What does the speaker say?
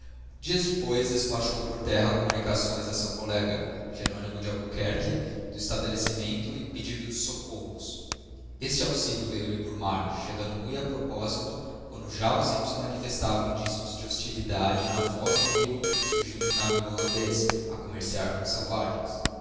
dias depois despachou por terra communiçõeb a seu collega jeronymo de albuquerque do seu estabelecimento e pedido de soccorros este auxilio veio-lhe por mar chegando mui a propósito quando já os índios manifestavam indícios de hostilidade e na foz do rio surgia um navio houandez a commerciar com os selvagens